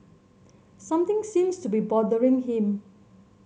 something seems to be bothering him